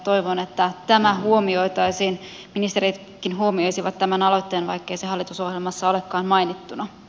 toivon että tämä huomioitaisiin ministeritkin huomioisivat tämän aloitteen vaikkei se hallitusohjelmassa olekaan mainittuna